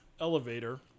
elevator